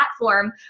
platform